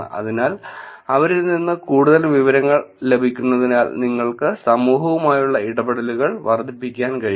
അതിനാൽ അവരിൽ നിന്ന് കൂടുതൽ വിവരങ്ങൾ ലഭിക്കുന്നതിനാൽ നിങ്ങൾക്ക് സമൂഹവുമായുള്ള ഇടപെടലുകൾ വർദ്ധിപ്പിക്കാൻ കഴിയും